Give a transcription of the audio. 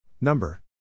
Number